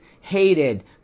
hated